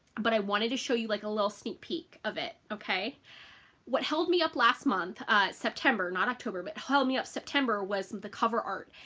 but i wanted to show you like a little sneak peek of it. okay what held me up last month september not october but held me up september was the cover art,